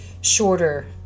shorter